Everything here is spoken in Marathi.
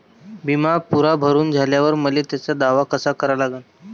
बिमा पुरा भरून झाल्यावर मले त्याचा दावा कसा करा लागन?